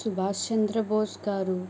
సుభాష్చంద్రబోస్ గారు